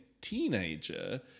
teenager